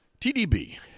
TDB